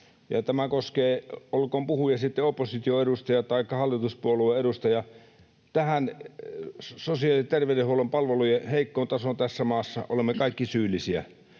ja — olkoon puhuja sitten opposition edustaja taikka hallituspuolueen edustaja — tähän sosiaali- ja terveydenhuollon palvelujen heikkoon tasoon tässä maassa olemme kaikki syyllisiä.